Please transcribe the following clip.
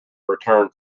return